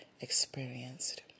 experienced